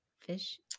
fish